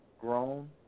grown